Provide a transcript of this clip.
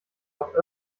auch